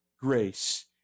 grace